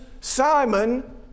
Simon